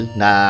na